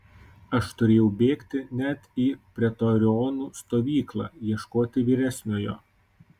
aš turėjau bėgti net į pretorionų stovyklą ieškoti vyresniojo